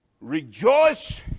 Rejoice